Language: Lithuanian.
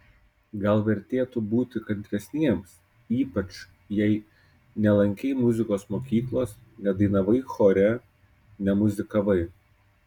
gal vertėtų būti kantresniems ypač jei nelankei muzikos mokyklos nedainavai chore nemuzikavai